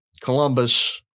Columbus